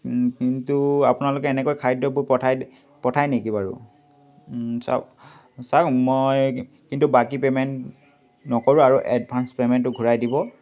কিন্তু আপোনালোকে এনেকৈ খাদ্যবোৰ পঠাই পঠাই নেকি বাৰু চাওক চাওক মই কিন্তু বাকী পে'মেণ্ট নকৰোঁ আৰু এডভান্স পে'মেণ্টটো ঘূৰাই দিব